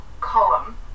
column